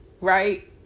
right